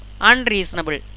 unreasonable